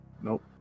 Nope